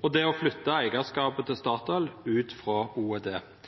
og det å flytta Statoil sin eigarskap ut frå